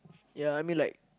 ya I mean like